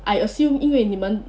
I assume 因为你们